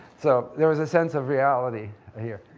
so there was a sense of reality here.